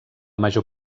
major